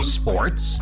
sports